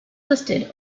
listed